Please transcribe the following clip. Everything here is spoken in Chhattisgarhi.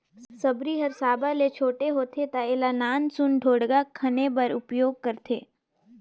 सबरी हर साबर ले छोटे होथे ता एला नान सुन ढोड़गा खने बर उपियोग करथे